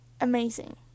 amazing